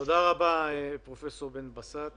תודה רבה, פרופ' בן בסט.